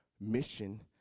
Mission